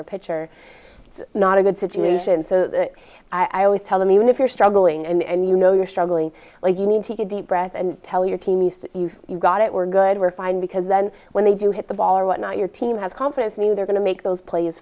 their pitcher it's not a good situation so i always tell them even if you're struggling and you know you're struggling like you need to take a deep breath and tell your team east you've got it we're good we're fine because then when they do hit the ball or what not your team has confidence me they're going to make those plays